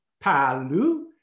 Palu